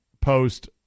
post